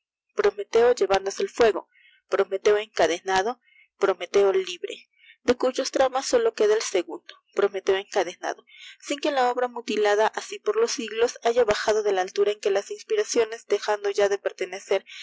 prometeo encadenado rometeo libre de cuyos dramas bolo queda el aegundo prometeo encadenado liin que la obra mutilada aaí por los siglos haya bajado de la altura en que irs inspiradones dejando ya de pertenecer